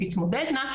תתמודדנה,